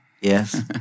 Yes